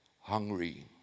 hungry